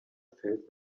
felt